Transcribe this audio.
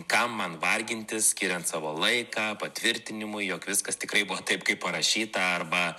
kam man vargintis skiriant savo laiką patvirtinimui jog viskas tikrai buvo taip kaip parašyta arba